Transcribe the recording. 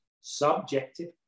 subjective